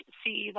see